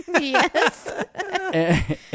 Yes